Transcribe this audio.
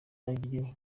ariryo